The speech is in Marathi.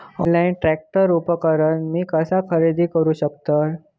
ऑनलाईन ट्रॅक्टर उपकरण मी कसा खरेदी करू शकतय?